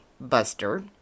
Buster